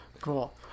Cool